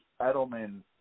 Edelman